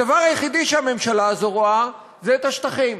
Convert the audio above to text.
הדבר היחידי שהממשלה הזו רואה זה את השטחים,